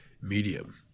medium